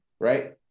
right